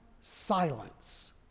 silence